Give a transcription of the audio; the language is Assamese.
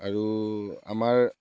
আৰু আমাৰ